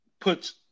puts